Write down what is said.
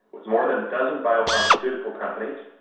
with more than a dozen biopharmaceutical companies,